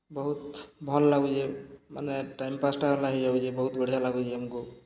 ବହୁତ୍ ଭଲ୍ ଲାଗୁଚେ ମାନେ ଟାଇମ୍ ପାସ୍ଟା ଗଲେ ହେଇଯାଉଚେ ବହୁତ୍ ବଢ଼ିଆ ଲାଗୁଚେ ଆମ୍କୁ